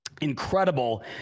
incredible